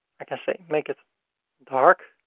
i can say make it dark.